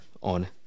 on